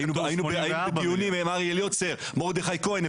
היינו בדיונים עם אריאל יוצר ומרדכי כהן,